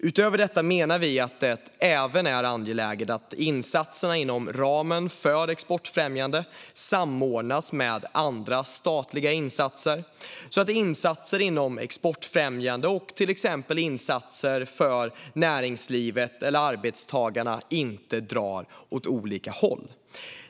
Utöver detta menar vi att det även är angeläget att insatserna inom ramen för exportfrämjande samordnas med andra statliga insatser så att insatser inom exportfrämjande och till exempel insatser för näringslivet eller arbetstagarna inte drar åt olika håll.